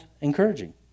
encouraging